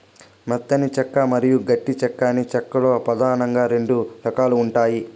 మెత్తని చెక్క మరియు గట్టి చెక్క అని చెక్క లో పదానంగా రెండు రకాలు ఉంటాయి